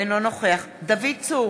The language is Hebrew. אינו נוכח דוד צור,